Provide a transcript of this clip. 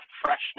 freshness